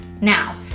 Now